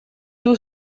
was